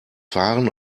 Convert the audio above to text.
fahren